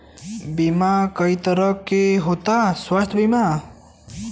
बीमा कई तरह के होता स्वास्थ्य बीमा?